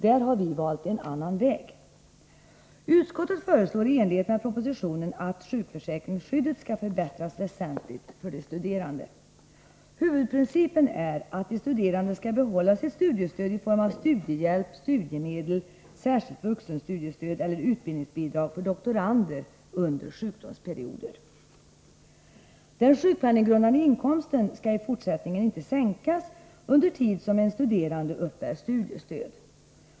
Där har vi valt en annan väg. Utskottet föreslår i enlighet med propositionen att sjukförsäkringsskyddet skall förbättras väsentligt för de studerande. Huvudprincipen är att de studerande skall behålla sitt studiestöd i form av studiehjälp, studiemedel, särskilt vuxenstudiestöd eller utbildningsbidrag för doktorander under sjukdomsperioder. Den sjukpenninggrundande inkomsten skall i fortsättningen inte sänkas under tid som en studerande uppbär studiestöd.